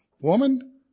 Woman